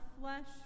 flesh